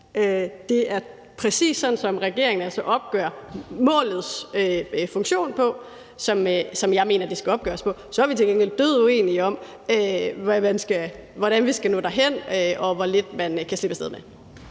at det præcis er den måde, som regeringen opgør målets funktion på, som jeg mener det skal opgøres på. Så er vi til gengæld døduenige om, hvordan vi skal nå derhen, og hvor lidt man kan slippe af sted med.